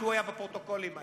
כי הוא היה בפרוטוקולים האלה.